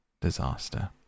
disaster